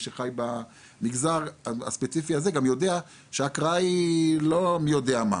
שחי במגזר גם יודע שההקראה היא לא מי יודע מה,